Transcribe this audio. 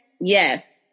Yes